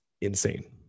insane